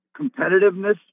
competitiveness